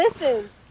listen